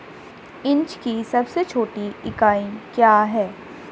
Inch की सबसे छोटी इकाई क्या है?